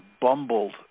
bumbled